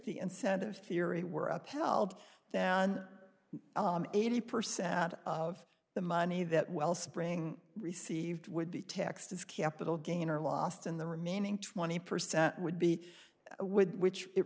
the incentive theory were upheld down eighty percent of the money that wellspring received would be taxed as capital gain or lost in the remaining twenty percent would be with which it